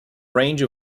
range